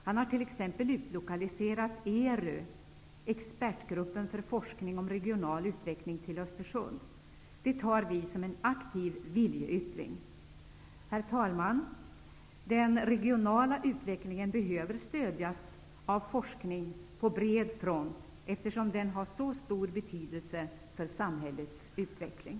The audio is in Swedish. Han har t.ex. utlokaliserat ERU, dvs. expertgruppen för forskning om regional utveckling till Östersund. Vi tar det som en aktiv viljeyttring. Herr talman! Den regionala utvecklingen behöver stödjas av forskning på bred front eftersom den har så stor betydelse för samhällets utveckling.